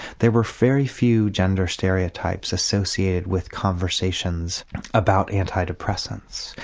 there were very few gender stereotypes associated with conversations about anti-depressants.